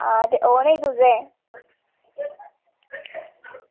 हां ते औना ई तुसें